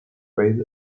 paid